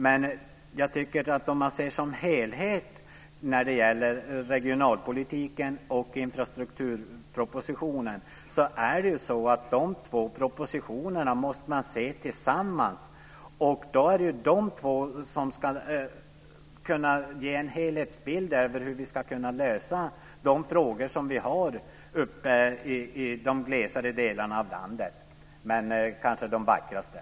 Men jag tycker att man måste se den regionalpolitiska propositionen och infrastrukturpropositionen som en helhet. De ska kunna ge en helhetsbild av hur vi ska kunna lösa de frågor som vi har uppe i de glesare, men kanske vackraste, delarna av landet.